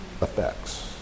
effects